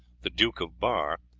the duke of bar,